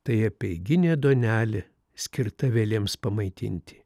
tai apeiginė duonelė skirta vėlėms pamaitinti